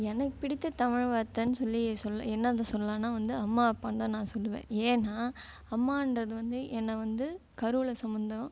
எனக்கு பிடித்த தமிழ் வார்த்தைனு சொல்லி சொல்லி என்னத்தை சொல்லலான்னால் வந்து அம்மா அப்பான்னு தான் நான் சொல்லுவேன் ஏனால் அம்மான்றது வந்து என்னை வந்து கருவில் சுமந்தோம்